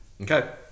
Okay